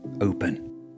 Open